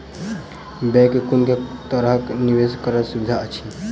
Bank मे कुन केँ तरहक निवेश कऽ सुविधा अछि?